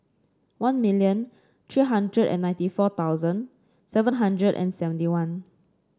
one million three hundred and ninety four thousand seven hundred and seventy one